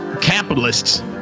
capitalists